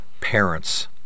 parents